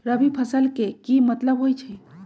रबी फसल के की मतलब होई छई?